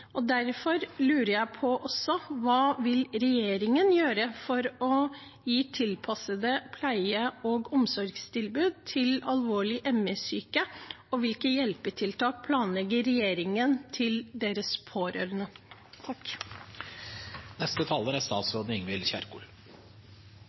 Derfor lurer jeg også på: Hva vil regjeringen gjøre for å gi tilpassede pleie- og omsorgstilbud til alvorlig ME-syke, og hvilke hjelpetiltak planlegger regjeringen til deres pårørende? ME er alvorlig for dem som rammes, og for deres nærmeste. Det er